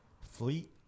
Fleet